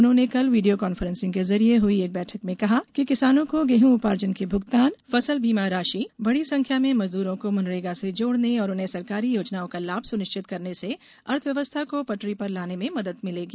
उन्होंने कल video conferencing के जरिए हुई एक बैठक में कहा कि किसानों को गेहूं उपार्जन के भुगतान फसल बीमा राशि बड़ी संख्या में मजदूरो को मनरेगा से जोड़ने और उन्हें सरकारी योजनाओं का लाभ सुनिश्चित करने से अर्थव्यवस्था को पटरी पर लाने में मदद मिलेगी